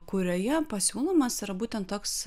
kurioje pasiūlomas yra būtent toks